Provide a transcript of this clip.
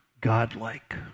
Godlike